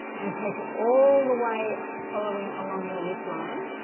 and take it all the way following along your lip line